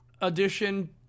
edition